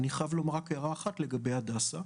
אני חייב לומר רק הערה אחת לגבי הדסה: